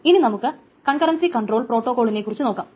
ഇനി നമുക്ക് concurrency control പ്രോട്ടോകോളിനെ കുറിച്ച് നോക്കാം